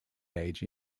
age